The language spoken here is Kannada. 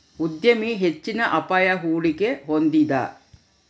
ಉದ್ಯಮಿ ಹೆಚ್ಚಿನ ಅಪಾಯ, ಹೂಡಿಕೆ ಹೊಂದಿದ